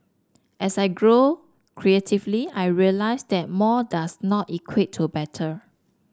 as I grow creatively I realise that more does not equate to better